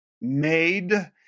made